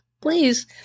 Please